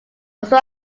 also